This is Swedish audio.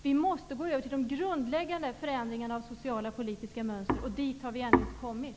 Vi måste gå över till de grundläggande förändringarna av sociala och politiska mönster. Dit har vi ännu inte kommit.